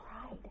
pride